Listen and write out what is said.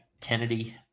Kennedy